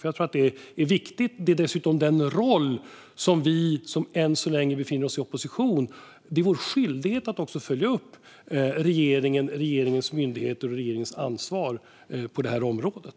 Jag tror nämligen att det är viktigt, och för oss som än så länge befinner oss i opposition är det dessutom en skyldighet att följa upp regeringen, regeringens myndigheter och regeringens ansvar på det här området.